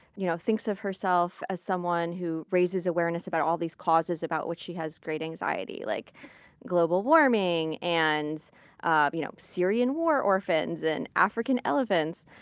you know thinks of herself as someone who raises awareness about all these causes, about what she has great anxiety, like global warming and ah you know syrian war orphans and african elephants?